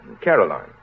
Caroline